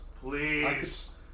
Please